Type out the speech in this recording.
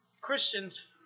Christians